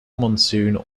monsoon